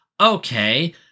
Okay